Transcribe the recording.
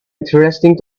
interesting